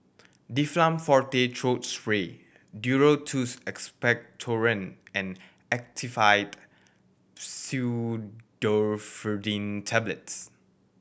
Difflam Forte Throat Spray Duro Tuss Expectorant and Actifed Pseudoephedrine Tablets